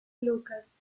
lucas